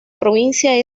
provincia